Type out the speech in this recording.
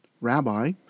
rabbi